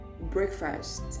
breakfast